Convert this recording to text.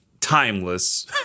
timeless